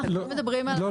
אנחנו לא מדברים על --- לא,